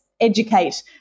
educate